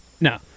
No